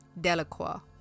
Delacroix